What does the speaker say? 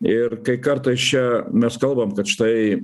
ir kai kartais čia mes kalbam kad štai